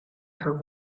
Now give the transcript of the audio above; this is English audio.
her